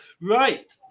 right